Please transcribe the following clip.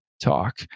Talk